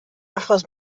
achos